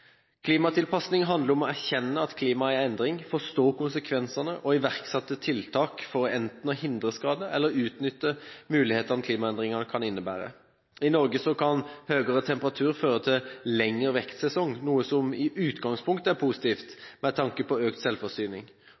Klimatilpasning handler om å erkjenne at klimaet er i endring, forstå konsekvensene og iverksette tiltak for enten å hindre skade eller utnytte mulighetene klimaendringene kan innebære. I Norge kan høyere temperatur føre til lengre vekstsesong, noe som i utgangspunktet er positivt med tanke på økt selvforsyning.